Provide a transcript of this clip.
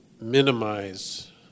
minimize